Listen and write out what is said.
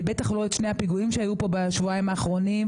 בטח לא את שני הפיגועים שהיו פה בשבועיים האחרונים,